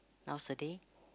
nowadays